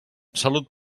salut